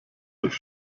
durch